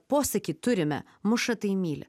posakį turime muša tai myli